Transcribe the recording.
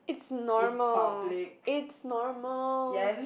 it's normal it's normal